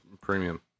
Premium